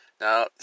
Now